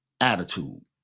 attitude